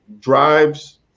drives